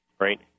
right